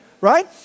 Right